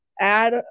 add